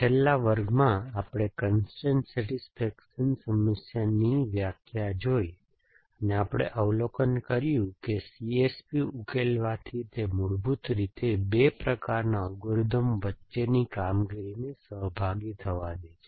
છેલ્લા વર્ગમાં આપણે કન્સ્ટ્રેઇન સેટિસ્ફેક્શન સમસ્યાની વ્યાખ્યા જોઈ અને આપણે અવલોકન કર્યું કે CSP ઉકેલવાથી તે મૂળભૂત રીતે બે પ્રકારના અલ્ગોરિધમ વચ્ચેની કામગીરીને સહભાગી થવા દે છે